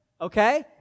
okay